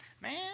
man